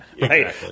right